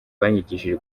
banyigishije